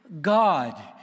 God